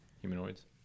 Humanoids